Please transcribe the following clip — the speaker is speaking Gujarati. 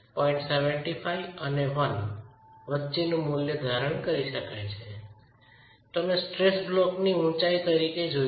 75 અને 1 વચ્ચેનું મૂલ્ય ધારણ કરી શકાય છે તમે સ્ટ્રેસ બ્લોકની ઉચાઈ તરીકે જોઈ રહ્યા છો